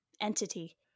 entity